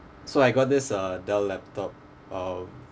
so I got this uh Dell laptop uh